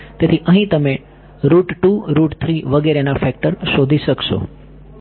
તેથી અહીં તમે રુટ 2 રુટ 3 વગેરેના ફેક્ટર શોધી શકશો